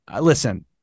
Listen